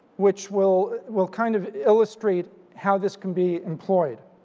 which will will kind of illustrate how this can be employed.